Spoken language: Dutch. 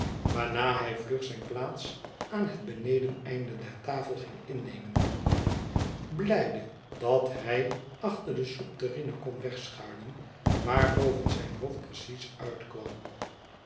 waarna hij vlug zijn plaats aan het benedeneindo der tafel ging innemen blijde dat hij achter de soepterrine kon wegschuilen waar boven zijnhoofd precies uitkwam